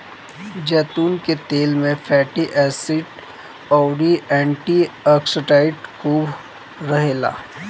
जैतून के तेल में फैटी एसिड अउरी एंटी ओक्सिडेंट खूब रहेला